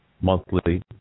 monthly